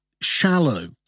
shallow